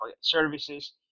services